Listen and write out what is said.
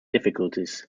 difficulties